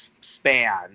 span